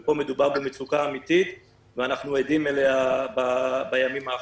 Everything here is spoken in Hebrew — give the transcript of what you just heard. ופה מדובר במצוקה אמיתית שאנחנו עדים לה בימים האחרונים.